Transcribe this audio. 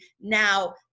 now